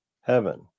heaven